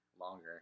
longer